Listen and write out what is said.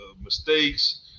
mistakes